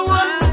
one